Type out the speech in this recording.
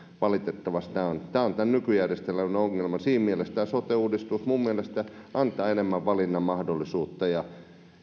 valitettavasti tämä on tämän nykyjärjestelmän ongelma siinä mielessä tämä sote uudistus minun mielestäni antaa enemmän valinnan mahdollisuutta ja